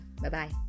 bye-bye